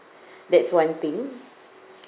that's one thing